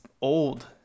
old